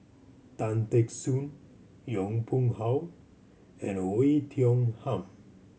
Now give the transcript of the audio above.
Tan Teck Soon Yong Pung How and Oei Tiong Ham